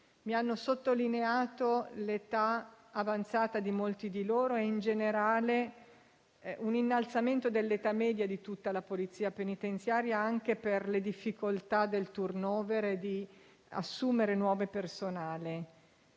mi hanno sottolineato l'età avanzata di molti di loro e in generale un innalzamento dell'età media di tutti gli appartenenti alla Polizia penitenziaria, anche per le difficoltà del *turnover* e dell'assunzione di nuovo personale.